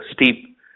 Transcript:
steep